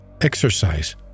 exercise